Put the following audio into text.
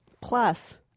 Plus